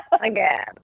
Again